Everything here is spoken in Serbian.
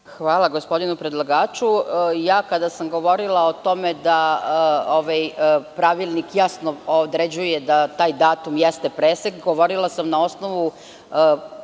Hvala gospodinu predlagaču. Kada sam govorila o tome da pravilnik jasno određuje da taj datum jeste presek, govorila sam na osnovu